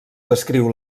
descriu